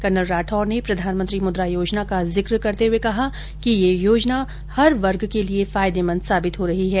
colonel Rathore ने प्रधानमंत्री मुद्रा योजना का जिक करते हुए कहा कि यह योजना हर वर्ग के लिये फायदेमंद साबित हो रही है